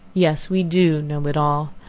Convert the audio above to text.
yes, we do know it all.